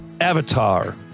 Avatar